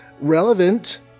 relevant